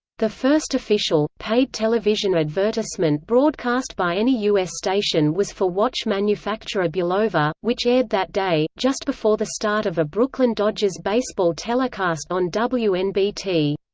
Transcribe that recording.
the first official, paid television advertisement broadcast by any u s. station was for watch manufacturer bulova, which aired that day, just before the start of a brooklyn dodgers baseball telecast on wnbt.